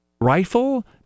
rifle